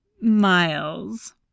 Miles